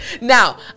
Now